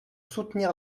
soutenir